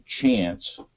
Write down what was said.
chance